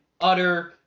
utter